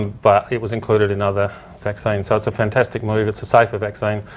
but it was included in other vaccines. so, it's a fantastic move, it's a safer vaccine,